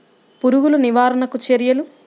పురుగులు నివారణకు చర్యలు?